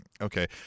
okay